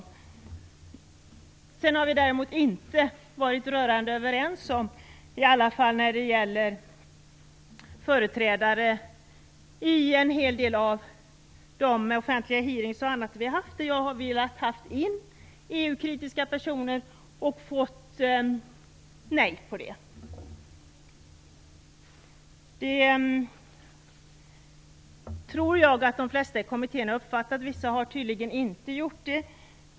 Däremot har vi inte varit rörande överens när det gällt företrädare i en hel del av de offentliga utfrågningar och annat som vi har haft. Jag har velat ha in EU-kritiska personer, men har fått nej till det. Det tror jag att de flesta i kommittén har uppfattat. Vissa har tydligen inte gjort det.